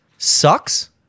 Sucks